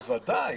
בוודאי.